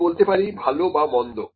আমি বলতে পারি ভালো বা মন্দ